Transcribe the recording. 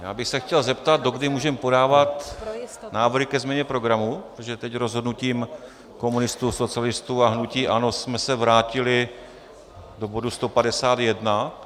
Já bych se chtěl zeptat, dokdy můžeme podávat návrhy ke změně programu, protože teď rozhodnutím komunistů, socialistů a hnutí ANO jsme se vrátili do bodu 151.